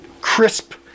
crisp